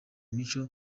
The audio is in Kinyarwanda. mico